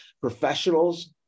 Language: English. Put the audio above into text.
Professionals